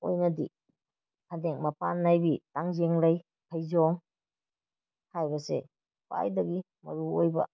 ꯑꯣꯏꯅꯗꯤ ꯐꯅꯦꯛ ꯃꯄꯥꯟ ꯅꯥꯏꯕꯤ ꯇꯥꯡꯖꯦꯡꯂꯩ ꯐꯩꯖꯣꯝ ꯍꯥꯏꯕꯁꯦ ꯈ꯭ꯋꯥꯏꯗꯒꯤ ꯃꯔꯨ ꯑꯣꯏꯕ